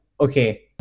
okay